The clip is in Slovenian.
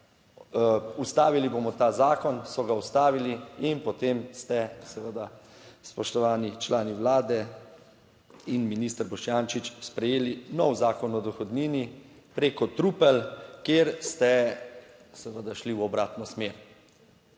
Ustavili bomo ta zakon, so ga ustavili in potem ste seveda, spoštovani člani Vlade in minister Boštjančič, sprejeli nov Zakon o dohodnini preko trupel, kjer ste seveda šli v obratno smer,